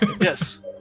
yes